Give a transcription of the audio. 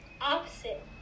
opposite